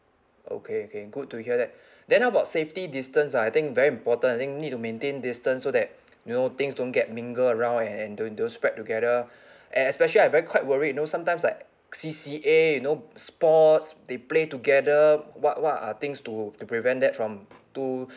okay okay good to hear that then how about safety distance ah I think very important I think need to maintain distance so that you know things don't get mingle around and don't don't spread together and especially I very quite worried you know sometimes like C_C_A you know sports they play together what what are things to to prevent that from too